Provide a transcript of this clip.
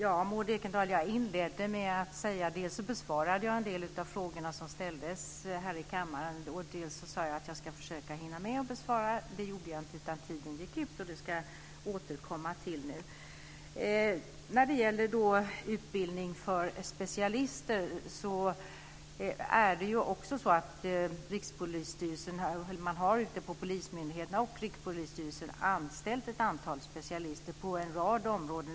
Fru talman! Jag inledde, Maud Ekendahl, med att dels besvara en del av de frågor som ställdes här i kammaren, dels säga att jag skulle försöka hinna svara på de andra. Det gjorde jag inte, utan tiden gick ut. Jag återkommer nu till dem. När det gäller utbildning för specialister har man ute på polismyndigheterna och i Rikspolisstyrelsen anställt ett antal specialister på en rad områden.